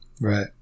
right